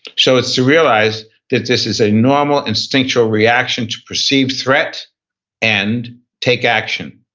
so it's to realize that this is a normal, instinctual reaction to perceived threat and take action.